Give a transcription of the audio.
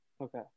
Okay